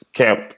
camp